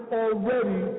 already